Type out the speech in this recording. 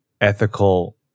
ethical